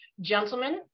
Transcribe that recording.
gentlemen